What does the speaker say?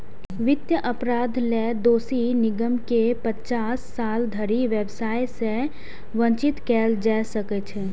वित्तीय अपराध लेल दोषी निगम कें पचास साल धरि व्यवसाय सं वंचित कैल जा सकै छै